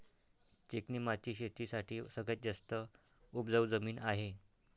चिकणी माती शेती साठी सगळ्यात जास्त उपजाऊ जमीन आहे